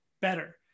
better